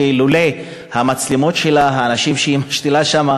אילולא המצלמות שלה והאנשים שהיא משתילה שם,